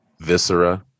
viscera